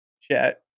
chat